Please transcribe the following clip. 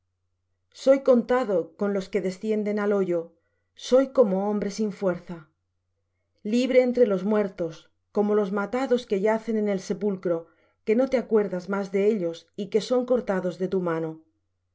soy contado con los que descienden al hoyo soy como hombre sin fuerza libre entre los muertos como los matados que yacen en el sepulcro que no te acuerdas más de ellos y que son cortados de tu mano